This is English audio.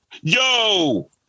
Yo